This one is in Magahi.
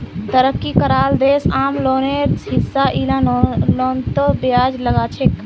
तरक्की कराल देश आम लोनेर हिसा इला लोनतों ब्याज लगाछेक